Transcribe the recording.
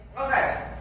Okay